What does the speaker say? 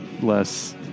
less